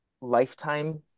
Lifetime